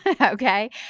okay